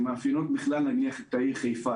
שמאפיינים בכלל את העיר חיפה,